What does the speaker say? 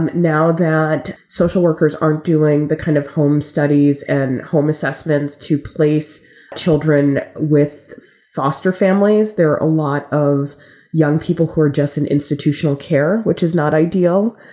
and now that social workers are doing the kind of home studies and home assessments to place children with foster families, there are a lot of young people who are just in institutional care, which is not ideal.